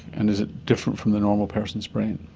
and is it different from the normal person's brain?